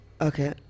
Okay